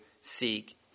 seek